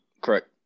correct